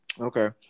Okay